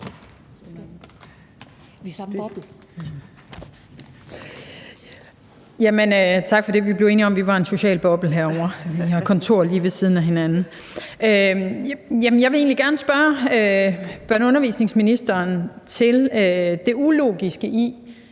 Tak for det. Vi blev enige om, at vi var en social boble herovre med hensyn til afspritning; vi har kontor lige ved siden af hinanden. Jeg vil egentlig gerne spørge børne- og undervisningsministeren til det ulogiske i,